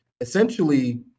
essentially